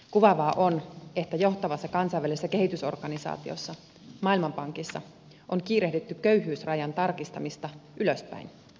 kuvaavaa on että johtavassa kansainvälisessä kehitysorganisaatiossa maailmanpankissa on kiirehditty köyhyysrajan tarkistamista ylöspäin